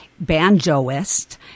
banjoist